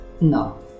No